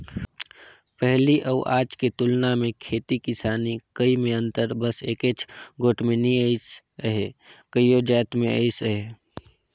पहिली अउ आज के तुलना मे खेती किसानी करई में अंतर बस एकेच गोट में नी अइस अहे कइयो जाएत में अइस अहे